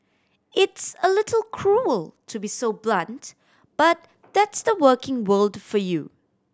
it's a little cruel to be so blunt but that's the working world for you